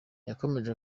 yakomeje